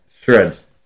Shreds